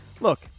look